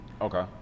Okay